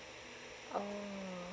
oh